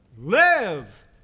Live